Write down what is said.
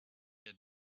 had